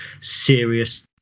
serious